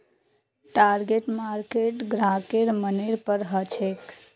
target market ग्राहकेर मनेर पर हछेक